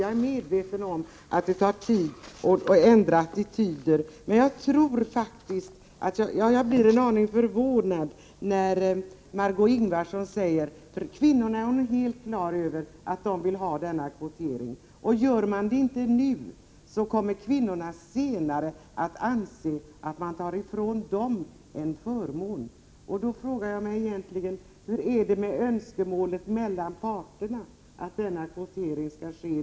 Jag är medveten om att det tar tid att förändra attityder. Jag blir en aning förvånad när Margö Ingvardsson säger att hon är helt klar över att kvinnorna vill ha denna kvotering. Inför man inte den nu kommer kvinnorna senare att anse att man tar ifrån dem en förmån. Jag frågar mig egentligen hur det är med önskemålen från parterna om denna kvotering skall ske.